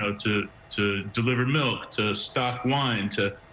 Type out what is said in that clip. so to to deliver milk, to stock wine, to